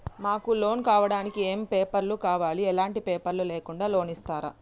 మాకు లోన్ కావడానికి ఏమేం పేపర్లు కావాలి ఎలాంటి పేపర్లు లేకుండా లోన్ ఇస్తరా?